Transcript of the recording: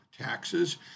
taxes